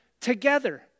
together